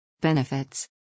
Benefits